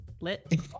lit